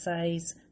says